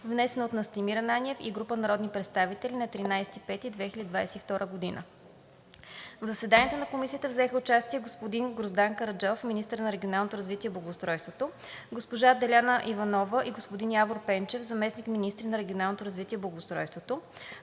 внесен от Настимир Ананиев и група народни представители на 13 май 2022 г. В заседанието на Комисията взеха участие господин Гроздан Караджов – министър на регионалното развитие и благоустройството, госпожа Деляна Иванова и господин Явор Пенчев – заместник-министри на регионалното развитие и благоустройството,